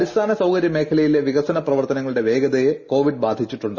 അടിസ്ഥാനസൌകരൃ മേഖലയിലെ വികസന പ്രവർത്തനങ്ങളുടെ വേഗതയെ കോവിഡ് ബാധിച്ചിട്ടുണ്ട്